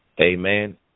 Amen